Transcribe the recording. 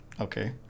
okay